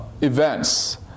events